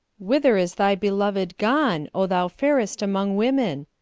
whither is thy beloved gone, o thou fairest among women?